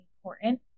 important